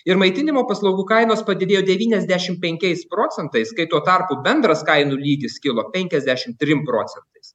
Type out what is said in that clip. ir maitinimo paslaugų kainos padidėjo devyniasdešim penkiais procentais kai tuo tarpu bendras kainų lygis kilo penkiasdešim trim procentais